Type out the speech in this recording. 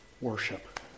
worship